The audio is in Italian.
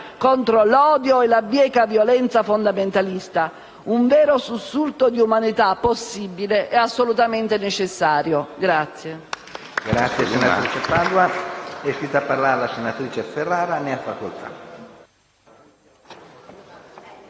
contro l'odio e la bieca violenza fondamentalista, un vero sussulto di umanità possibile e assolutamente necessario.